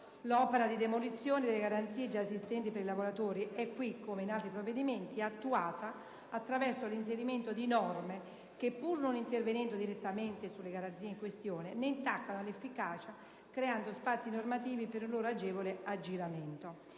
L'opera di demolizione delle garanzie già esistenti per i lavoratori è qui, come in altri provvedimenti, attuata attraverso l'inserimento di norme che, pur non intervenendo direttamente sulle garanzie in questione, ne intaccano l'efficacia creando spazi normativi per un loro agevole aggiramento.